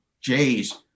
jays